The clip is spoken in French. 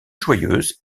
joyeuse